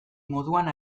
moduan